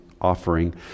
offering